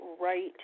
right